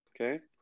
okay